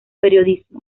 periodismo